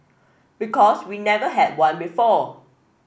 because we never had one before